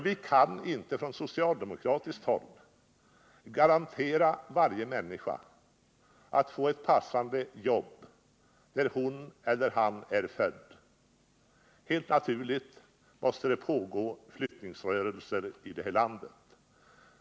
Vi kan inte från socialdemokratiskt håll garantera varje människa att få ett passande jobb där hon eller han är född. Helt naturligt måste det pågå flyttningsrörelser i landet.